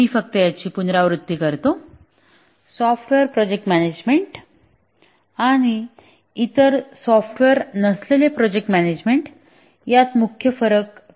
मी फक्त याची पुनरावृत्ती करतो सॉफ्टवेअर प्रोजेक्ट मॅनेजमेंट आणि इतर सॉफ्टवेअर नसलेले प्रोजेक्टचे मॅनेजमेंट यात मुख्य फरक काय आहे